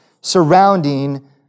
surrounding